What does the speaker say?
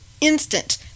instant